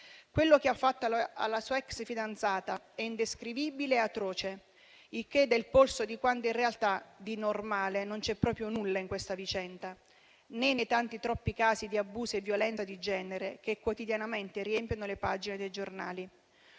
Quello che ha fatto alla sua ex fidanzata è indescrivibile e atroce, il che dà il polso di quanto, in realtà, di normale non ci sia proprio nulla in questa vicenda, né nei tanti, troppi casi di abusi e violenza di genere che quotidianamente riempiono le pagine dei giornali.